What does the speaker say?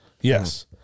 yes